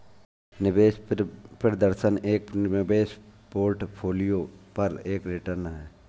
निवेश प्रदर्शन एक निवेश पोर्टफोलियो पर एक रिटर्न है